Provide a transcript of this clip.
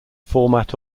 format